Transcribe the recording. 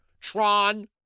Tron